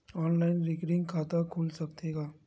Online recurring खाता खुल सकथे का?